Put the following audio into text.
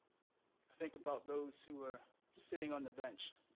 think about those who are sitting on the bench.